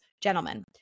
gentlemen